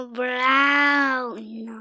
brown